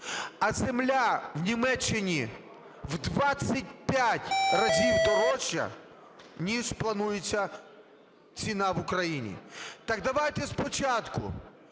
а земля в Німеччині в 25 разів дорожча, ніж планується ціна в Україні. Так давайте спочатку